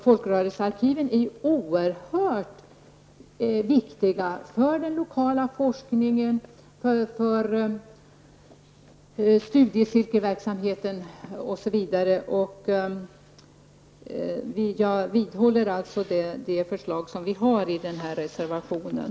Folkrörelsearkiven är oerhört viktiga för den lokala forskningen, för studiecirkelverksamheten osv. Jag vidhåller det förslag som vi för fram i vår reservation.